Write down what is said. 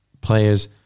players